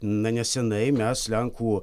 na neseniai mes lenkų